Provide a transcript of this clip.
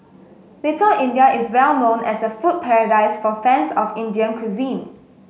Little India is well known as a food paradise for fans of Indian cuisine